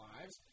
Lives